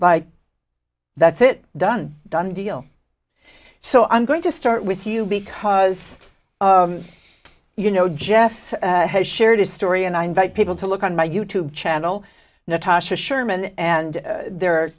by that's it done done deal so i'm going to start with you because you know jeffs has shared his story and i invite people to look on my you tube channel natasha sherman and there are